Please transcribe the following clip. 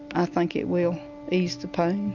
i think it will ease the pain.